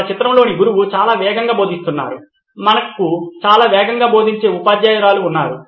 మన చిత్రంలోని గురువు చాలా వేగంగా బోధిస్తున్నారు మనకు చాలా వేగంగా బోధించే ఉపాధ్యాయురాలు ఉన్నారు